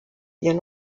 ihren